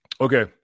Okay